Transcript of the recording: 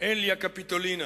"אליה קפיטולינה".